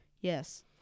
Yes